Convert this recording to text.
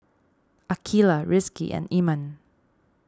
Aqeelah Rizqi and Iman